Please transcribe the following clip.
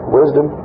wisdom